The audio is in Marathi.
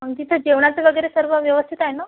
अन् तिथेच जेवणाचं वगैरे सर्व व्यवस्थित आहे नं